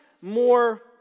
more